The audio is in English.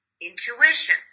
intuition